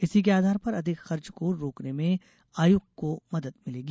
इसी के आधार पर अधिक खर्च को रोकने में आयोग को मदद मिलेगी